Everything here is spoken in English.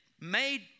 made